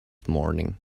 morning